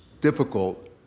difficult